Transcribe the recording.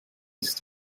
ist